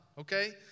okay